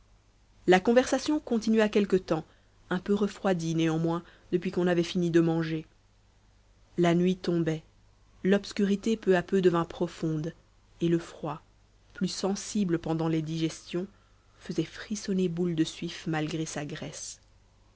la conversation continua quelque temps un peu refroidie néanmoins depuis qu'on avait fini de manger la nuit tombait l'obscurité peu à peu devint profonde et le froid plus sensible pendant les digestions faisait frissonner boule de suif malgré sa graisse